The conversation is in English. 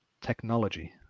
technology